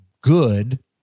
good